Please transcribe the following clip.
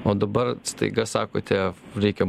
o dabar staiga sakote reikia